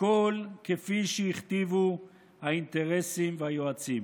הכול כפי שהכתיבו האינטרסים והיועצים.